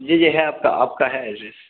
جی جی ہے آپ کا آپ کا ہے